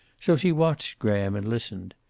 so she watched graham and listened.